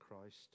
Christ